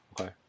Okay